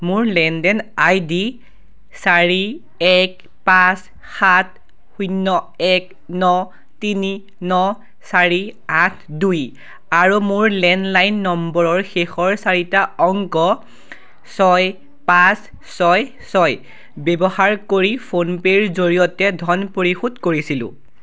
মোৰ লেনদেন I D চাৰি পাঁচ সাত শূন্য এক ন তিনি ন চাৰি আঠ দুই আৰু মোৰ লেণ্ডলাইন নম্বৰৰ শেষৰ চাৰিটা অংক ছয় পাঁচ ছয় ছয় ব্যৱহাৰ কৰি ফোনপেৰ জৰিয়তে ধন পৰিশোধ কৰিছিলোঁ